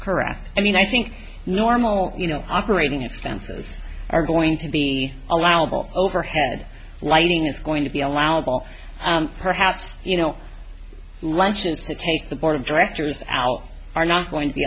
correct i mean i think normal you know operating expenses are going to be allowable overhead lighting is going to be allowable and perhaps you know lunching to take the board of directors al are not going to